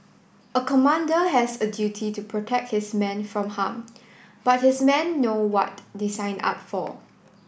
a commander has a duty to protect his men from harm but his men know what they signed up for